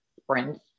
sprints